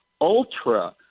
ultra